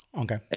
okay